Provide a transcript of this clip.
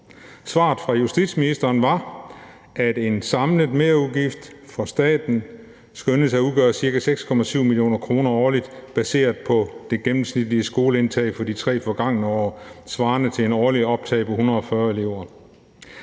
Svaret fra justitsministeren var, at en samlet merudgift for staten skønnedes at udgøre ca. 6,7 mio. kr. årligt baseret på det gennemsnitlige skoleoptag for de 3 forgangne år svarende til et årligt optag på ca. 140 elever.«